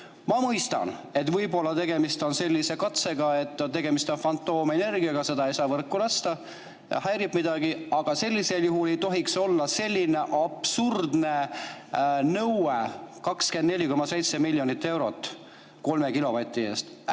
Ma mõistan, et võib-olla on tegemist katsega, tegemist on fantoomenergiaga, seda ei saa võrku lasta, see häirib midagi. Aga sellisel juhul ei tohiks olla sellist absurdset nõuet: 24,7 miljonit eurot kolme kilovati eest.